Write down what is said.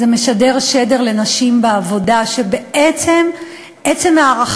זה משדר שדר לנשים בעבודה, עצם הארכת